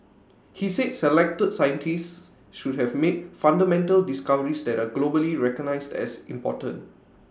he said selected scientists should have made fundamental discoveries that are globally recognised as important